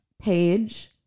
page